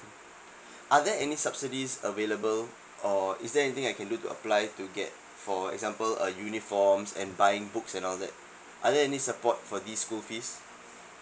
are there any subsidies available or is there anything I can do to apply to get for example a uniforms and buying books and all that are there any support for these school fees